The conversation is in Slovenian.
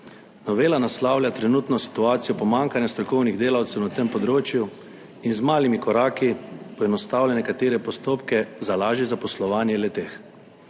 Novela naslavlja trenutno situacijo pomanjkanja strokovnih delavcev na tem področju in z malimi koraki poenostavlja nekatere postopke za lažje zaposlovanje le-teh.